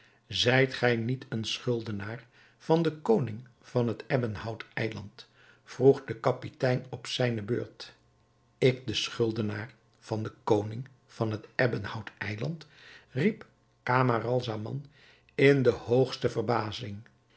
zijt gij niet een schuldenaar van den koning van het ebbenhout eiland vroeg de kapitein op zijne beurt ik de schuldenaar van den koning van het ebbenhout eiland riep camaralzaman in de hoogste verbazing